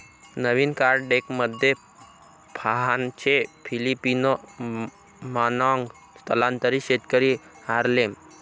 नवीन card डेकमध्ये फाहानचे Filipino मानॉन्ग स्थलांतरित शेतकरी हार्लेम